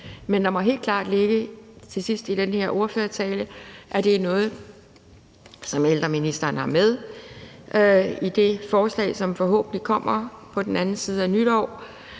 Men der må helt klart til sidst i den her ordførertale ligge, at det er noget, som ældreministeren har med i det forslag, som forhåbentlig kommer på den anden side af nytår.